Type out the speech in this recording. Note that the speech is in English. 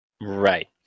Right